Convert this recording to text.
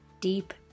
deep